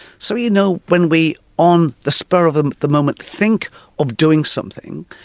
so you know when we on the spur of and the moment think of doing something,